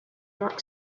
york